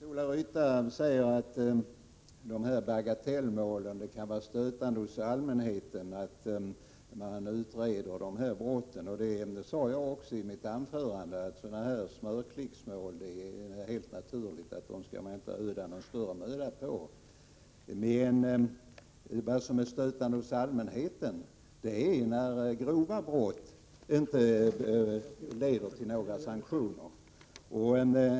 Herr talman! Bengt-Ola Ryttar säger beträffande bagatellmålen att det kan vara stötande för allmänheten att man utreder dessa brott. Jag sade också i mitt anförande att det är helt naturligt att man inte skall öda någon större möda på sådana här ”smörklicksmål”. Men det är stötande för allmänheten när grova brott inte leder till några sanktioner.